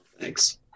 Thanks